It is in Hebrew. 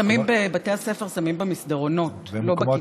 בבתי הספר שמים במסדרונות, לא בכיתות.